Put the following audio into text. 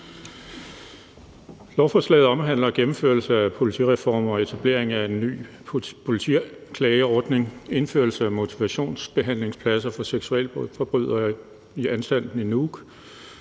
Lovforslaget omhandler gennemførelse af politireformer og etablering af en ny politiklageordning, indførelse af motivationsbehandlingspladser for seksualforbrydere i Anstalten i Nuuk,